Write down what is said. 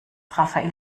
rafael